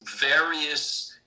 various